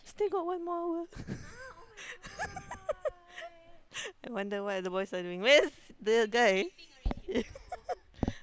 still got one more hour I wonder what the boys are doing where's the guy